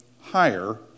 higher